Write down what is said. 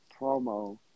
promo